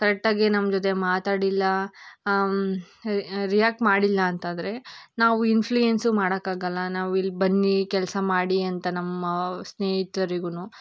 ಕರೆಟ್ಟಾಗಿ ನಮ್ಮ ಜೊತೆ ಮಾತಾಡಿಲ್ಲಾ ರಿಯಾಕ್ಟ್ ಮಾಡಿಲ್ಲ ಅಂತಂದರೆ ನಾವು ಇನ್ಫ್ಲುಯೆನ್ಸು ಮಾಡೋಕ್ಕಾಗಲ್ಲ ನಾವು ಇಲ್ಲಿ ಬನ್ನಿ ಕೆಲಸ ಮಾಡಿ ಅಂತ ನಮ್ಮ ಸ್ನೇಹಿತರಿಗೂ